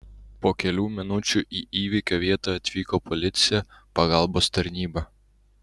po kelių minučių į įvykio vietą atvyko policija pagalbos tarnyba